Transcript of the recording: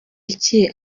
iki